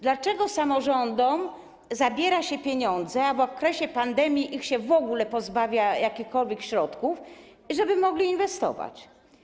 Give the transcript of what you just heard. Dlaczego samorządom zabiera się pieniądze, a w okresie pandemii w ogóle się je pozbawia jakichkolwiek środków, żeby mogły inwestować?